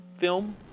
film